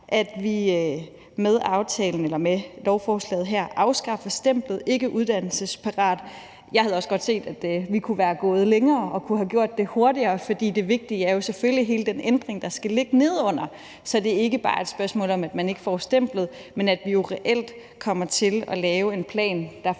at vi med lovforslaget her afskaffer stemplet ikkeuddannelsesparat. Jeg havde også gerne set, at vi kunne være gået længere og kunne have gjort det hurtigere, for det vigtige er jo selvfølgelig hele den ændring, der skal ligge nedenunder, så det ikke bare er et spørgsmål om, at man ikke får stemplet, men at vi reelt kommer til at lave en plan, der